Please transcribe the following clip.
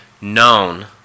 known